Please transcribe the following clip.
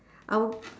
I will